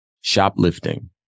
shoplifting